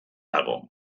dago